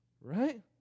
Right